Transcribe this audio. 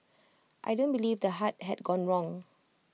I don't believe the heart had gone wrong